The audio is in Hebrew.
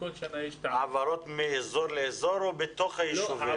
העברות מאזור לאזור או בתוך הישובים?